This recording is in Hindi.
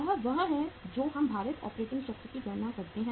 यह वह है जो हम भारित ऑपरेटिंग चक्र की गणना करते हैं